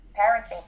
parenting